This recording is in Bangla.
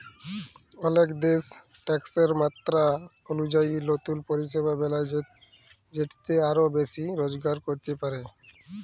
অলেক দ্যাশ ট্যাকসের মাত্রা অলুজায়ি লতুল পরিষেবা বেলায় যেটতে আরও বেশি রজগার ক্যরতে পারে